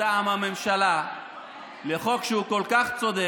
מטעם הממשלה לחוק שהוא כל כך צודק,